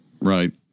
Right